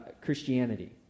Christianity